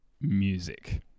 music